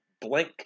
blank